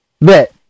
Bet